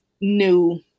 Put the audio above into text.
new